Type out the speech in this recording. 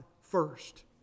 first